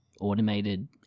automated